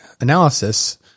analysis